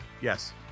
Yes